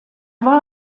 war